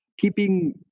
Keeping